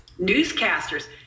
newscasters